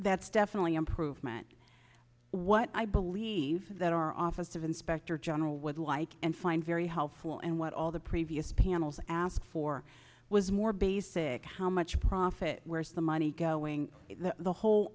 that's definitely improvement what i believe that our office of inspector general would like and find very helpful and what all the previous panels asked for was more basic how much profit where's the money going the whole